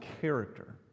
character